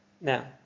Now